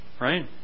right